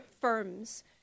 firms